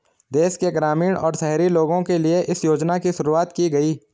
देश के ग्रामीण और शहरी लोगो के लिए इस योजना की शुरूवात की गयी